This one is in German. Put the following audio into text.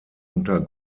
unter